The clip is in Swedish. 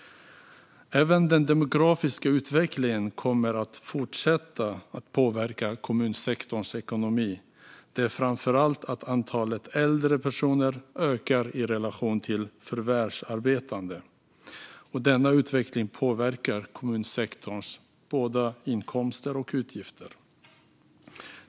Den demografiska utvecklingen kommer också att fortsätta påverka kommunsektorns ekonomi. Det handlar framför allt om att antalet äldre personer ökar i relation till antalet förvärvsarbetande. Denna utveckling påverkar kommunsektorns inkomster och utgifter.